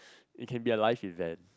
it can be a life event